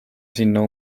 sinna